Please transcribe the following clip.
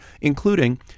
including